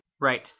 Right